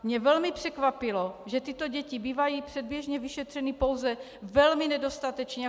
Mne velmi překvapilo, že tyto děti bývají předběžně vyšetřeny pouze velmi nedostatečně.